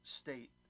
state